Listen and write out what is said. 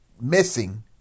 missing